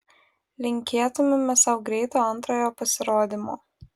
linkėtumėme sau greito antrojo pasirodymo